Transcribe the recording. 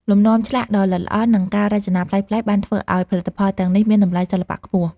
លំនាំឆ្លាក់ដ៏ល្អិតល្អន់ និងការរចនាប្លែកៗបានធ្វើឱ្យផលិតផលទាំងនេះមានតម្លៃសិល្បៈខ្ពស់។